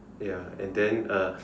ya and then uh